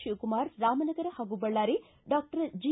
ಶಿವಕುಮಾರ್ ರಾಮನಗರ ಹಾಗೂ Ballari doctor G